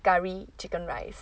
curry chicken rice